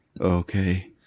okay